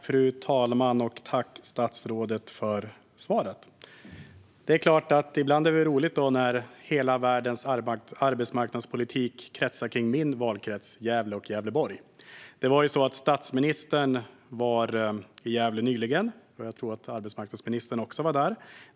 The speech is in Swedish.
Fru talman! Tack, statsrådet, för svaret! Det är klart att det ibland är roligt när hela världens arbetsmarknadspolitik kretsar kring min valkrets - Gävle och Gävleborg. Statsministern var nyligen i Gävle, och jag tror att arbetsmarknadsministern också var där.